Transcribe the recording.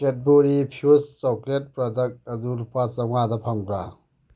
Cadbury Fuse chocolate product ꯑꯗꯨ ꯂꯨꯄꯥ ꯆꯥꯝꯉꯥꯗ ꯐꯪꯕ꯭ꯔꯥ